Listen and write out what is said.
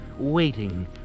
Waiting